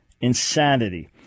insanity